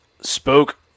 Spoke